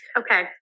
Okay